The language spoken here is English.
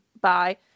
bye